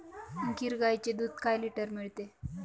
गीर गाईचे दूध काय लिटर मिळते?